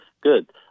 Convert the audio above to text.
good